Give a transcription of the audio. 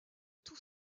tous